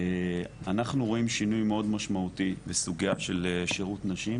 אנחנו רואים שינוי מאוד משמעותי בסוגייה של שירות נשים,